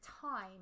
time